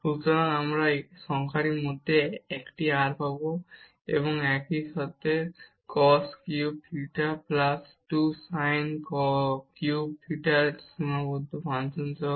সুতরাং আমরা সংখ্যার মধ্যে একটি r পাবো এবং একসাথে এই cos cube theta plus 2 sin cube theta এর কিছু সীমাবদ্ধ ফাংশন সহ